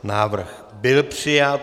Návrh byl přijat.